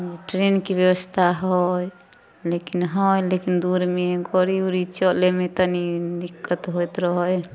ओ ट्रेनके ब्यवस्था है लेकिन है लेकिन दूरमे गड़ी उडी चलेमे तनी दिक्कत होइत रहै है